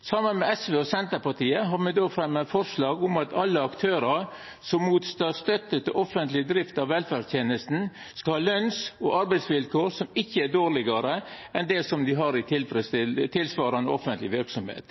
Saman med SV og Senterpartiet har me fremja forslag om at alle aktørar som mottek støtte til offentleg drift av velferdstjenester, skal ha løns- og arbeidsvilkår som ikkje er dårlegare enn det som ein har i tilsvarande offentlege verksemder.